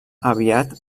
aviat